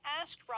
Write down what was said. asked